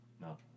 No